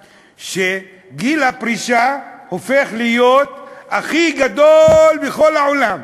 שגיל הפרישה בה הופך להיות הכי גבוה בכל העולם.